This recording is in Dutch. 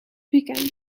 weekend